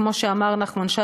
כמו שאמר נחמן שי,